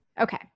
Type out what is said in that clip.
okay